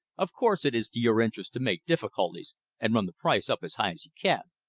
of course it is to your interest to make difficulties and run the price up as high as you can.